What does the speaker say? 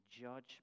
judge